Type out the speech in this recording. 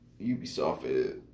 Ubisoft